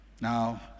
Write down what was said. Now